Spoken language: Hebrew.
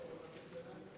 ובכן,